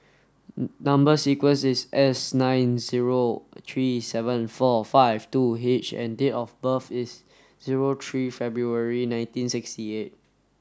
number sequence is S nine zero three seven four five two H and date of birth is zero three February nineteen sixty eight